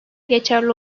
geçerli